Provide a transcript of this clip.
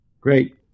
Great